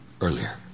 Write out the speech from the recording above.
earlier